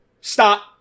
Stop